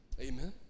Amen